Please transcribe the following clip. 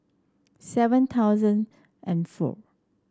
seven thousand and four